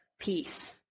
peace